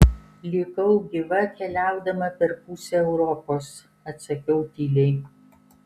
likau gyva keliaudama per pusę europos atsakiau tyliai